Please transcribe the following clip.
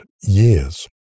years